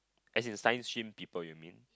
as in Science stream people you mean